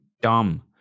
dumb